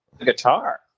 guitar